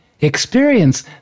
experience